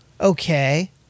okay